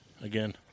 again